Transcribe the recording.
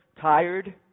tired